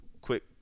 quick –